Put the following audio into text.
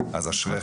אשרייך.